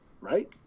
right